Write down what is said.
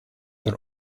der